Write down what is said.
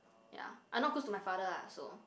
ya I not close to my father ah so